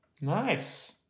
nice